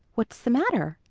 what's the matter?